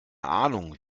ahnung